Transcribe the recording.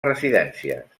residències